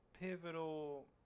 pivotal